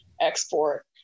export